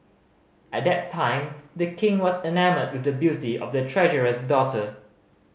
at that time The King was enamoured with the beauty of the treasurer's daughter